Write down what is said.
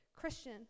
Christian